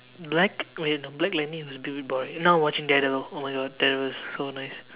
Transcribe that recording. black eh no black lanny was a bit boring now I'm watching dad along oh my god that was so nice